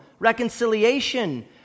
Reconciliation